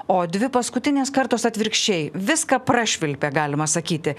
o dvi paskutinės kartos atvirkščiai viską prašvilpė galima sakyti